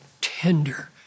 tender